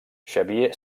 xavier